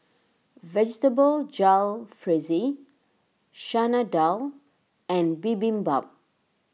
Vegetable Jalfrezi Chana Dal and Bibimbap